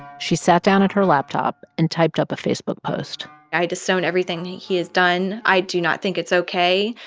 she sat down at her laptop and typed up a facebook post i disown everything he has done. i do not think it's ok.